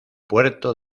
puerto